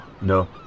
No